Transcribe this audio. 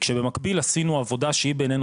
כשבמקביל עשינו עבודה שהיא בעינינו